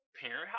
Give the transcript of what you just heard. parent